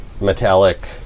metallic